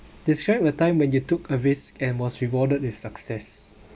describe the time when you took a risk and was rewarded with success